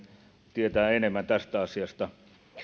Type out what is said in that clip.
tietää enemmän tästä asiasta